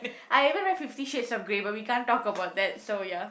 I even read Fifty Shades of Grey but we can't talk about that so ya